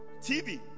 TV